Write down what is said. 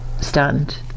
stunned